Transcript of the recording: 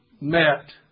met